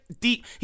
deep